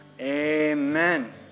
Amen